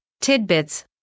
tidbits